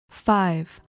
Five